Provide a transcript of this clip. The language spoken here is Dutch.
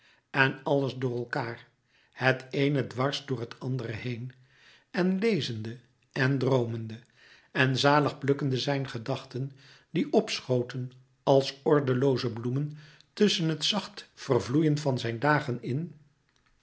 en alles door elkaâr het eene dwars door het andere heen en lezende en droomende en zalig plukkende zijn gedachten die opschoten als ordelooze bloemen tusschen het zacht vervloeien van zijn dagen in